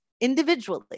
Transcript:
individually